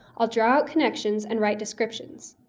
i'll draw out connections and write descriptions.